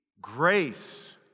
grace